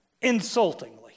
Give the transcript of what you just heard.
insultingly